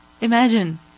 Imagine